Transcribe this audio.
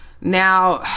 now